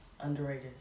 Underrated